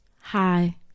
Hi